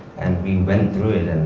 and we went through it, and